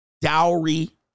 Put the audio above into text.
dowry